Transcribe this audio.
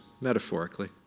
metaphorically